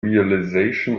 realization